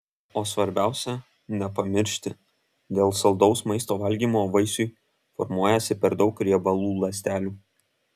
o svarbiausia nepamiršti dėl saldaus maisto valgymo vaisiui formuojasi per daug riebalų ląstelių